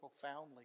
profoundly